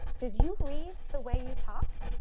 did you read the way you talked?